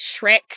Shrek